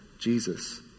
Jesus